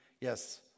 Yes